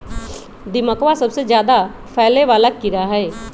दीमकवा सबसे ज्यादा फैले वाला कीड़ा हई